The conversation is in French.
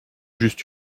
juste